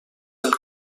del